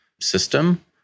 system